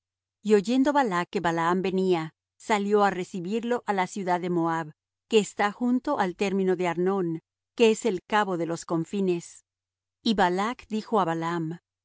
y oyendo balac que balaam venía salió á recibirlo á la ciudad de moab que está junto al término de arnón que es el cabo de los confines y balac dijo á balaam